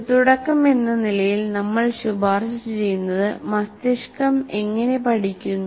ഒരു തുടക്കം എന്ന നിലയിൽ നമ്മൾ ശുപാർശ ചെയ്യുന്നത് "മസ്തിഷ്കം എങ്ങനെ പഠിക്കുന്നു